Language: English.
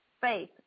Faith